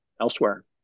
elsewhere